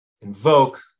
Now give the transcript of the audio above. invoke